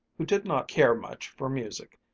who did not care much for music,